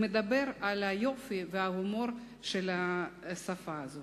שמדבר על היופי וההומור של השפה הזאת: